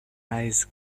eyes